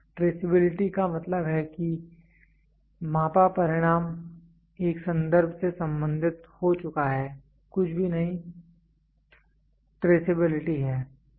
तो ट्रेसेबिलिटी का मतलब है कि मापा परिणाम एक संदर्भ से संबंधित हो सकता है कुछ भी नहीं ट्रैसेबिलिटी है